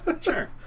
Sure